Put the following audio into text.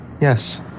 Yes